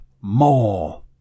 more